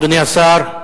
אדוני השר.